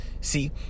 See